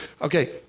Okay